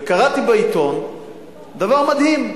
וקראתי בעיתון דבר מדהים.